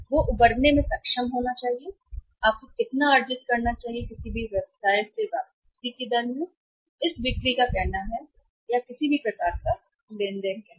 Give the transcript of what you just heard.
वह उबरने में सक्षम होना चाहिए कि आपको कितना अर्जित करना चाहिए किसी भी व्यवसाय से वापसी की दर या इस बिक्री का कहना है या किसी भी प्रकार का लेन देन कहें